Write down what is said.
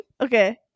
okay